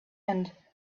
end